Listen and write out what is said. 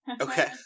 Okay